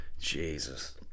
Jesus